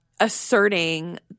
asserting